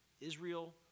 Israel